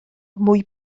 mwy